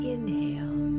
Inhale